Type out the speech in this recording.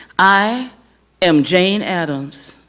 i am jane addams.